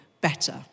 better